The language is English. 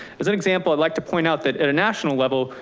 as an example, i'd like to point out that at a national level,